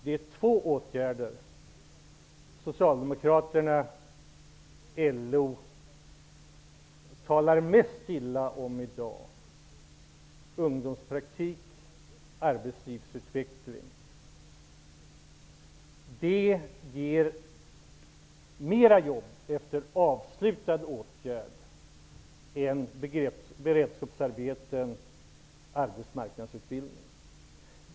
De två åtgärder som Socialdemokraterna och LO talar mest illa om i dag, ungdomspraktik och arbetslivsutveckling, ger fler jobb efter avslutad åtgärd än beredskapsarbeten och arbetsmarknadsutbildning.